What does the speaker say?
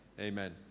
Amen